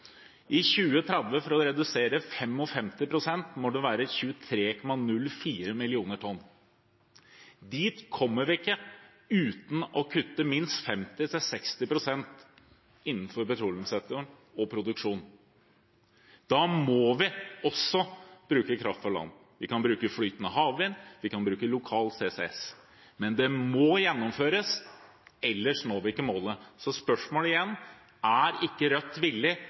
For å redusere med 55 pst. innen 2030 må det være 23,04 millioner tonn. Dit kommer vi ikke uten å kutte minst 50–60 pst. innenfor petroleumssektoren og i produksjonen. Da må vi også bruke kraft fra land. Vi kan bruke flytende havvind, vi kan bruke lokal CCS, men det må gjennomføres, ellers når vi ikke målet. Spørsmålet er igjen: Er ikke Rødt villig